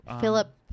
Philip